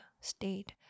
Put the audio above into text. state